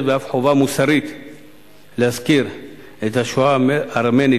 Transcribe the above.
ואף חובה מוסרית להזכיר את השואה הארמנית,